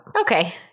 Okay